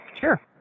Sure